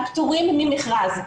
פטורים ממכרז.